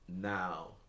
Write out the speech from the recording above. now